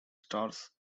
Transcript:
stars